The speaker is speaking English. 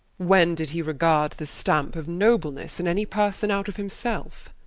when did he regard the stampe of noblenesse in any person out of himselfe?